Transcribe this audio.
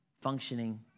functioning